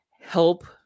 help